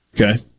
Okay